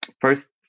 first